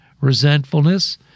resentfulness